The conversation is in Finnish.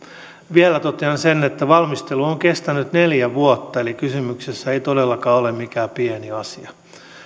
vielä totean sen että valmistelu on on kestänyt neljä vuotta eli kysymyksessä ei todellakaan ole mikään pieni asia